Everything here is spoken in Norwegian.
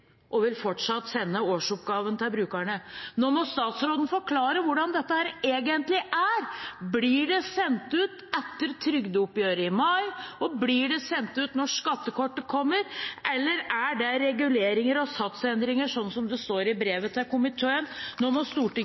og vil fortsatt sende årsoppgaven til brukerne.» Nå må statsråden forklare hvordan dette egentlig er: Blir det sendt ut etter trygdeoppgjøret i mai, og blir det sendt ut når skattekortet kommer, eller er det reguleringer og satsendringer som blir sendt ut, slik det står i brevet til komiteen? Nå må Stortinget